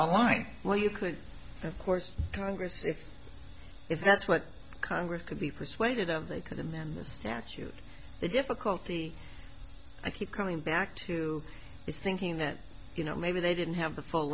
online well you could of course congress if if that's what congress could be persuaded of they could amend the statute the difficulty i keep coming back to is thinking that you know maybe they didn't have the full